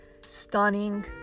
Stunning